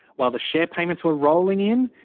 while the share payments were rolling in,